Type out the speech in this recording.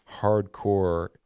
hardcore